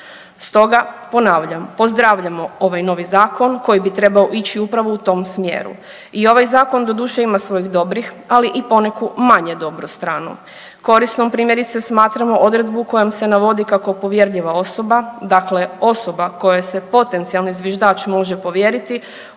Stoga ponavljam, pozdravljamo ovaj novi zakon koji bi trebao ići upravo u tom smjeru. I ovaj zakon ima doduše svojih dobrih, ali poneku manje dobru stranu. Korisnom primjerice smatramo odredbu kojom se navodi kako povjerljiva osoba, dakle osoba kojoj se potencijalni zviždač može povjeriti,